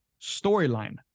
storyline